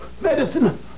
Medicine